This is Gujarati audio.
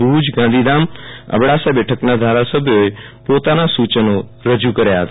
ભુજગાંધીધામઅબડાસા બેઠકના ધારાસભ્યોએ પોતાના સુ ચનો રજુ કર્યા હતા